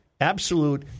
absolute